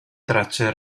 tracce